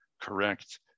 correct